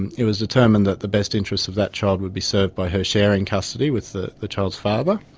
and it was determined that the best interests of that child would be served by her sharing custody with the the child's father.